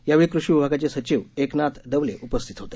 यावेळी कृषी विभागाचे सचिव एकनाथ डवले उपस्थित होते